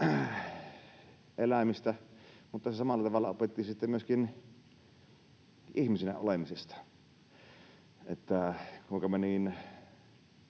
eläimistä, mutta se samalla tavalla opetti sitten myöskin ihmisenä olemisesta sen, kuinka me